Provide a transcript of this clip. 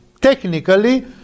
technically